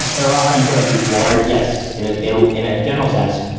and they're often sort of these watered. yes. in an in um in a general sense,